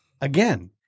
again